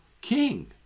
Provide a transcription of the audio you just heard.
king